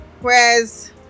whereas